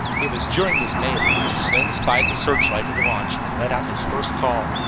it was during this melee that slim spied the searchlight of the launch and let out his first call.